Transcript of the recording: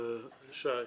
שי.